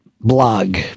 blog